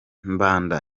mbanda